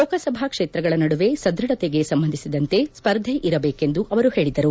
ಲೋಕಸಭಾ ಕ್ಷೇತ್ರಗಳ ನಡುವೆ ಸದ್ಬಢತೆಗೆ ಸಂಬಂಧಿಸಿದಂತೆ ಸ್ಪರ್ಧೆ ಇರಬೇಕೆಂದು ಅವರು ಹೇಳಿದರು